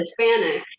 hispanics